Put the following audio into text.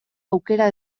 aukera